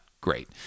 great